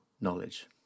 knowledge